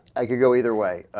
like ago either way ah.